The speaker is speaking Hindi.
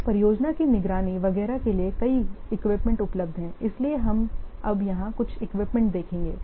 तो परियोजना की निगरानी वगैरह के लिए कई इक्विपमेंट उपलब्ध हैं इसलिए हम अब यहाँ कुछ इक्विपमेंट देखेंगे